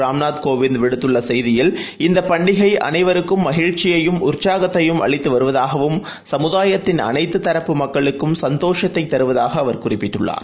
ராம்நாத் கோவிந்தவிடுத்துள்ளசெய்தியில் இந்தப் பண்டிகைஅனைவருக்கும் மகிழ்ச்சியையும் உற்சாகத்தையும் அளித்துவருவதாகவும் சமுதாயத்தின் அனைத்துதரப்பு மக்களுக்கும் சந்தோஷத்தைதருவதாகஅவர் குறிப்பிட்டுள்ளார்